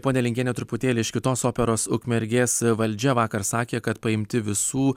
ponia lingiene truputėlį iš kitos operos ukmergės valdžia vakar sakė kad paimti visų